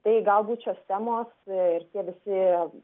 tai galbūt šios temos ir tie visi